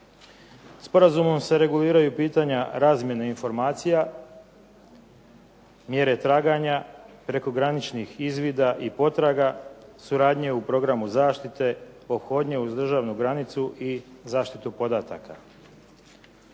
Sporazumom se reguliraju pitanja razmjene informacija, mjere traganja, prekograničnih izvida i potraga, suradnje u programu zaštite, ophodnje uz državnu granicu i zaštitu podataka.